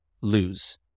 lose